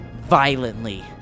violently